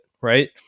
right